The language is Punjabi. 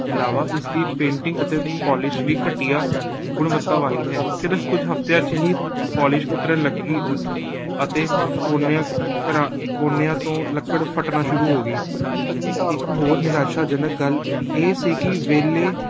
ਇਲਾਵਾ ਇਸ ਦੀ ਪੇਂਟਿੰਗ ਅਤੇ ਪੋਲਿਸ਼ ਵੀ ਘਟੀਆ ਗੁਣਵੱਤਾ ਵਾਲੀ ਹੈ ਸਿਰਫ ਕੁਝ ਹਫਤਿਆਂ 'ਚ ਹੀ ਪੋਲਿਸ਼ ਉਤਰਨ ਲੱਗੀ ਅਤੇ ਕੋਨਿਆਂ ਘਰਾਂ ਕੋਨਿਆਂ ਤੋਂ ਲੱਕੜ ਫੱਟਣਾ ਸ਼ੁਰੂ ਹੋਗੀ ਇੱਕ ਹੋਰ ਨਿਰਾਸ਼ਾਜਨਕ ਗੱਲ ਇਹ ਸੀ ਕਿ ਵੇਲੇ